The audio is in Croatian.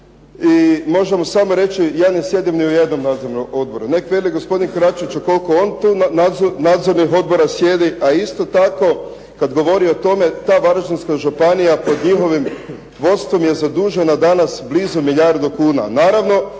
I možemo samo reći ja ne sjedim ni u jednom nadzornom odboru, neka velik gospodin Koračević koliko on nadzornih odbora sjedi, a isto tako kada govori o tome ta Varaždinska županija pod njihovim vodstvom je zadužena danas blizu milijardu kuna.